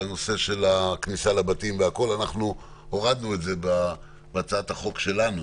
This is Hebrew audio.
על כניסה לבתים, הורדנו את זה בהצעת החוק שלנו